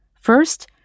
First